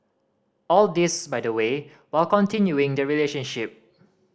all this by the way while continuing the relationship